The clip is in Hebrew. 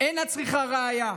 אינה צריכה ראיה,